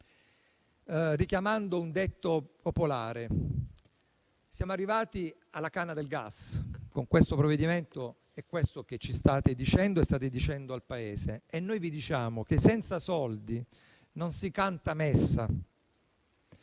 richiamando un detto popolare: siamo arrivati alla canna del gas, con questo provvedimento è questo che state dicendo a noi e al Paese e noi vi diciamo che senza soldi non si canta messa